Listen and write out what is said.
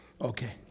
Okay